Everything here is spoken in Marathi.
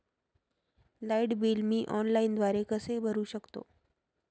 लाईट बिल मी ऑनलाईनद्वारे कसे भरु शकतो?